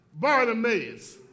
Bartimaeus